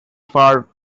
far